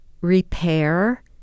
repair